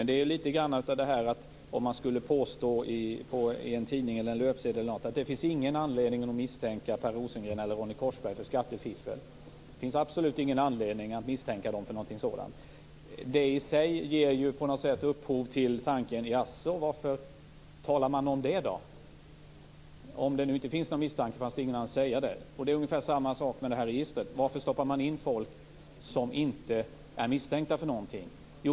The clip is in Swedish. Det här går att jämföra med om man på en löpsedel skulle påstå att det inte finns någon anledning att misstänka Per Rosengren eller Ronny Korsberg för skattefiffel, att det absolut inte finns någon anledning att misstänka dem för någonting sådant. En sådan löpsedel ger ju i sig upphov till tanken: Jaså, varför talar man då om det? Om det inte finns någon misstanke finns det ingen anledning att göra detta påpekande. Det är ungefär samma sak med det här registret. Varför stoppar man in folk som inte är misstänkta för någonting?